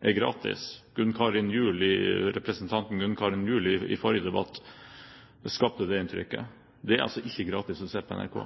gratis. Representanten Gunn Karin Gjul skapte det inntrykket i forrige debatt. Det er altså ikke gratis å se på NRK.